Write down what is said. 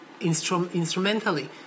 instrumentally